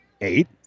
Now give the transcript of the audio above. eight